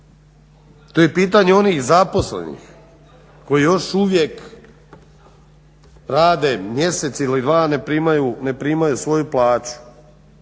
To je pitanje onih zaposlenih koji još uvijek rade mjesec ili dva ne primaju svoju plaću.